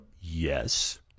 Yes